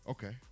Okay